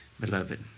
Beloved